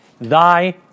thy